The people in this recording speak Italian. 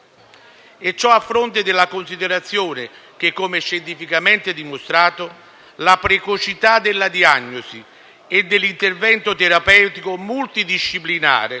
E ciò a fronte della considerazione che, come scientificamente dimostrato, la precocità della diagnosi e dell'intervento terapeutico multidisciplinare